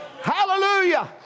Hallelujah